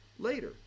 Later